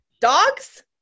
Dogs